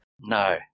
No